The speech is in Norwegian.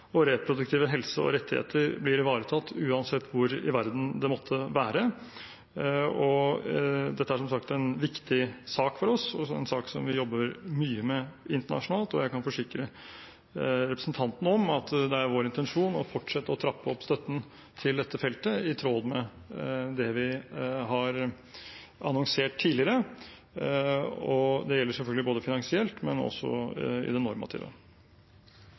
og reproduktive helse og rettigheter blir ivaretatt uansett hvor i verden det måtte være. Dette er som sagt en viktig sak for oss, en sak vi jobber mye med internasjonalt, og jeg kan forsikre representanten om at det er vår intensjon å fortsette å trappe opp støtten til dette feltet i tråd med det vi har annonsert tidligere. Det gjelder selvfølgelig både finansielt og i